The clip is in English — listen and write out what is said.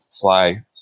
fly